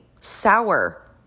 sour